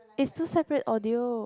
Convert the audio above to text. is two separate audio